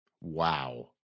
Wow